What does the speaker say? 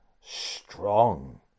strong